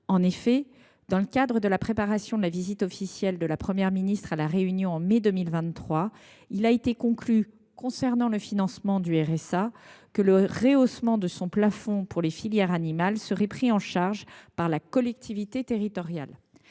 En effet, dans le cadre de la préparation de la visite officielle de la Première ministre à La Réunion en mai 2023, il a été décidé, concernant le financement du RSA, que le rehaussement de son plafond pour les filières animales serait pris en charge par la collectivité territoriale.